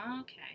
okay